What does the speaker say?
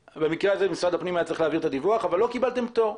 במקרה הזה משרד הפנים היה צריך להעביר את הדיווח אבל לא קיבלתם פטור.